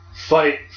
fight